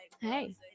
hey